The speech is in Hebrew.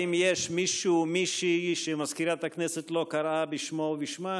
האם יש מישהו או מישהי שמזכירת הכנסת לא קראה בשמו או בשמה?